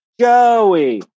Joey